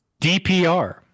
DPR